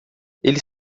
ele